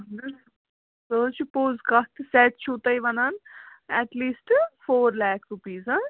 اَہن حظ سُہ حظ چھِ پوٚز کَتھ تہِ سٮ۪ٹ چھُو تُہۍ وَنان at least four lakh rupees ہَہ